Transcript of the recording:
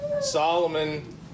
Solomon